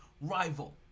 rival